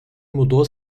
mudou